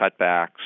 cutbacks